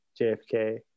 JFK